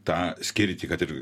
tą skirtį kad ir